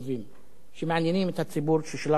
שמעניינים את הציבור ששלח אותי לכנסת: